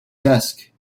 desk